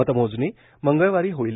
मतमोजणी मंगळवारी होईल